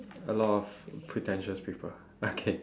a lot of pretentious people okay